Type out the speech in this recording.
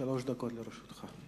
שלוש דקות לרשותך.